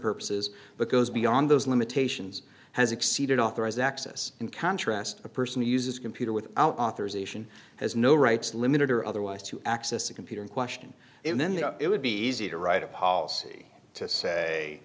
purposes but goes beyond those limitations has exceeded authorized access in contrast a person who uses a computer without authorization has no rights limited or otherwise to access a computer in question and then it would be easy to write a policy to say